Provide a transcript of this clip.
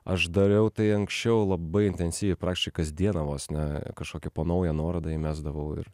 aš dariau tai anksčiau labai intensyviai praktiškai kasdieną vos ne kažkokį po naują nuorodą įmesdavau ir